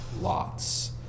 lots